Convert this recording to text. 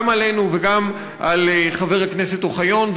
גם עלינו וגם על חבר הכנסת אוחיון,